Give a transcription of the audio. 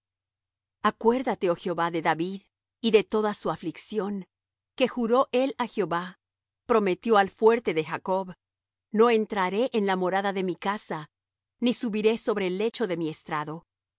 acuérdate oh jehová de david y de toda su aflicción que juró él á jehová prometió al fuerte de jacob no entraré en la morada de mi casa ni subiré sobre el lecho de mi estrado